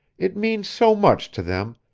it means so much to them,